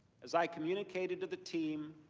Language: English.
as i communicated to the team,